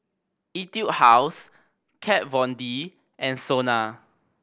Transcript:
Etude House Kat Von D and SONA